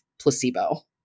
placebo